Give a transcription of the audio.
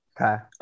Okay